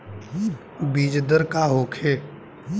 बीजदर का होखे?